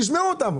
תשמעו אותם.